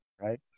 right